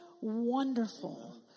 wonderful